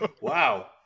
Wow